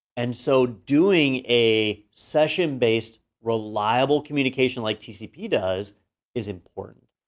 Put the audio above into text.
and so doing a session-based reliable communication like tcp does is important.